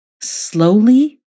slowly